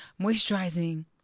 moisturizing